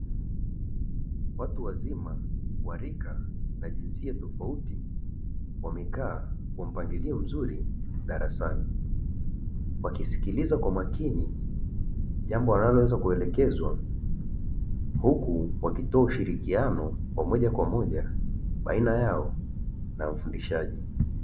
Watu wazima wa rika na jinsia tofauti wamekaa kwa mpangilio mzuri darasani wakisikiliza kwa makini jambo waliloweza kuelekezwa, huku wakitoa ushirikiano pamoja kwa moja baina yao na mfundishaji.